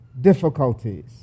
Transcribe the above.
difficulties